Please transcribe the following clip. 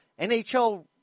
NHL